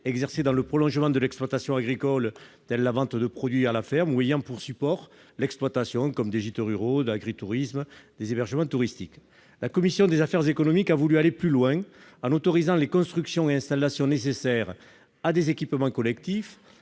exercées dans le prolongement de l'exploitation agricole, telle la vente des produits de la ferme, ou ayant pour support l'exploitation- gîtes ruraux, agritourisme, hébergement touristique, etc. La commission des affaires économiques a voulu aller plus loin en autorisant les constructions et installations nécessaires à des équipements collectifs,